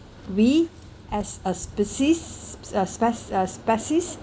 we as a species a spec~ a species